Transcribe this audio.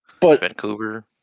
Vancouver